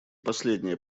последнее